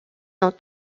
dans